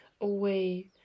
away